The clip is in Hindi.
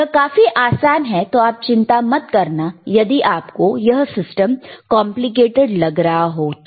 यह काफी आसान है तो आप चिंता मत करना यदि आपको यह सिस्टम कॉम्प्लिकेटेड लग रहा हो तो